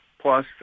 plus